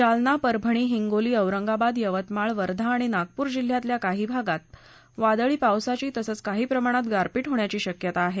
जालना परभणी हिंगोली औरंगाबाद यवतमाळ वर्धा आणि नागपूर जिल्ह्यातल्या काही भागात वादळी पावसाची तसंच काही प्रमाणात गारपीट होण्याची शक्यता आहे